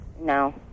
No